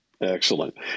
Excellent